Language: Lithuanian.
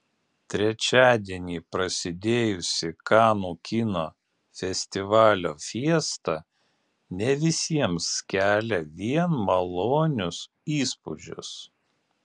trečiadienį prasidėjusi kanų kino festivalio fiesta ne visiems kelia vien malonius įspūdžius